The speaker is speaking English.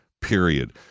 period